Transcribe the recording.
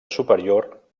superior